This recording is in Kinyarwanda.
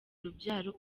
urubyaro